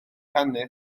canu